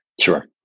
Sure